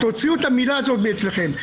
תוציאו את המילה הזאת אצלכם.